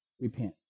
repent